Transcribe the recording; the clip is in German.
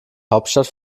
hauptstadt